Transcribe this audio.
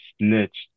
snitched